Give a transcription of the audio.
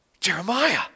Jeremiah